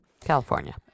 California